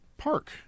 park